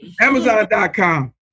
Amazon.com